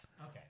Okay